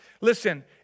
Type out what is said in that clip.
Listen